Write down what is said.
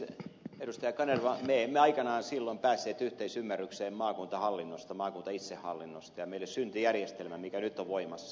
kanerva me emme aika naan silloin päässeet yhteisymmärrykseen maakuntahallinnosta maakuntaitsehallinnosta ja meille syntyi järjestelmä mikä nyt on voimassa